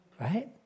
right